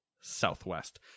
Southwest